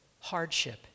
hardship